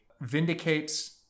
vindicates